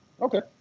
Okay